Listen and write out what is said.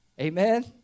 Amen